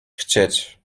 chcieć